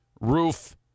roof